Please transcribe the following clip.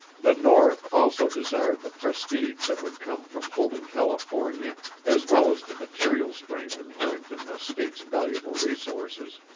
the north also desired the prestige that would come from holding california as well as the material strength inherent in the state's valuable resources.